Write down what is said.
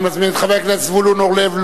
אני מזמין את חבר הכנסת זבולון אורלב,